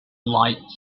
lights